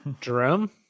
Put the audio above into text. Jerome